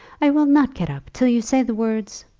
i will not get up till you say the words,